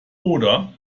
oder